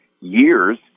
years